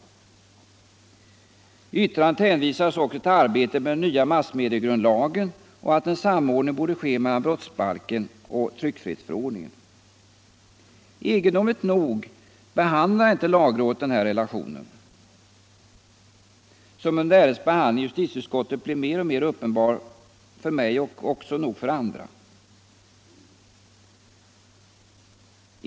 I yttrandet hänvisades också till arbetet med den nya massmediegrundlagen och att till en samordning borde ske mellan brottsbalken och tryckfrihetsförordningen. Egendomligt nog behandlar inte lagrådet den här relationen, som under ärendets behandling i justitieutskottet blev mer och mer uppenbar för mig och nog också för andra.